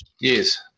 Yes